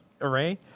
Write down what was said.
array